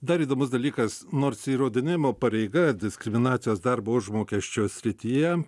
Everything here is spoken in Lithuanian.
dar įdomus dalykas nors įrodinėjimo pareiga diskriminacijos darbo užmokesčio srityje